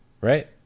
right